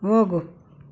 ಹೋಗು